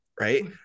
Right